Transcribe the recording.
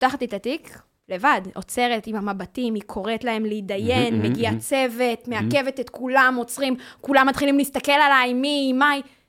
פותחת את התיק לבד, עוצרת עם המבטים, היא קוראת להם להתדיין, מגיע צוות, מעכבת את כולם, עוצרים, כולם מתחילים להסתכל עליי, מיהי, מהי...